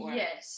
yes